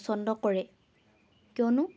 পচন্দ কৰে কিয়নো